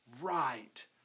right